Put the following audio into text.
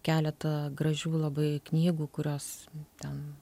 keletą gražių labai knygų kurios ten